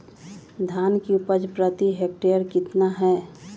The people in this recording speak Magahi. धान की उपज प्रति हेक्टेयर कितना है?